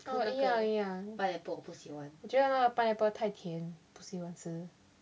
oh 一样一样我觉得那个 pineapple 太甜不喜欢吃